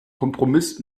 kompromiss